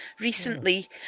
recently